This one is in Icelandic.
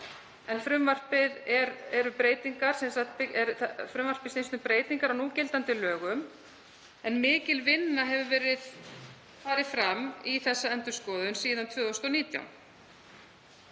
það frumvarp snýst um breytingar á núgildandi lögum. Mikil vinna hefur verið farið fram í þessa endurskoðun síðan 2019.